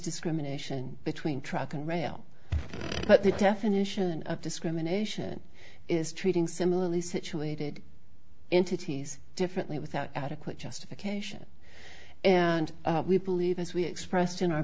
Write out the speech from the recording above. discrimination between track and rail but the definition of discrimination is treating similarly situated entities differently without adequate justification and we believe as we expressed in our